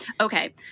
Okay